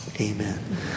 amen